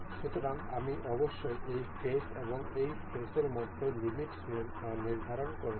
সুতরাং আমি অবশ্যই এই ফেস এবং এই ফেসের মধ্যে লিমিট নির্ধারণ করেছি